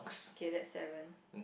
okay that's seven